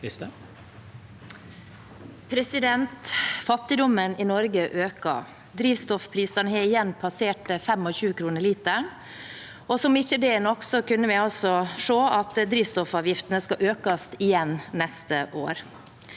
Fattigdommen i Norge øker, drivstoffprisene har igjen passert 25 kr literen, og som om ikke det er nok, kunne vi se at drivstoffavgiftene skal økes igjen neste år.